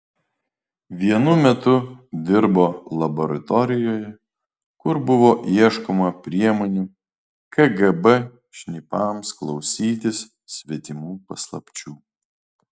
vienu metu dirbo laboratorijoje kur buvo ieškoma priemonių kgb šnipams klausytis svetimų paslapčių